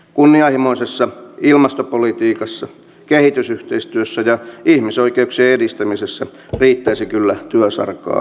kunnianhimoisessa ilmastopolitiikassa kehitysyhteistyössä ja ihmisoikeuksien edistämisessä riittäisi kyllä työsarkaa muutenkin